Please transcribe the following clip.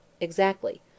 Exactly